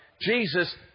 Jesus